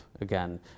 again